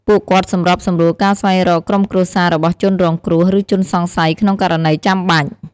ពួកគាត់សម្របសម្រួលការស្វែងរកក្រុមគ្រួសាររបស់ជនរងគ្រោះ ឬជនសង្ស័យក្នុងករណីចាំបាច់។